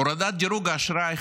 הורדת דירוג האשראי,